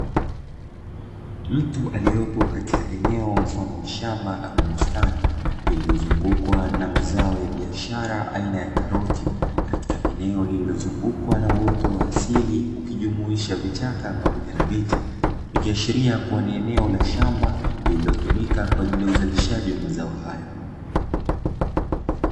Mtu aliyopo eneo mfano wa shamba ama bustani aliyezungukwa na mazao ya biashara aina ya karoti katika eneo lililozungukwa na uto wa asili ukijumuisha vichaka pamoja na viti, ikiashiria kuwa ni eneo la shamba linalotumika kwaajili ya uzalishaji wa mazao hayo.